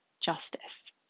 justice